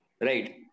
right